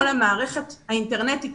כל המערכת האינטרנטית,